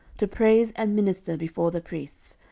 to praise and minister before the priests,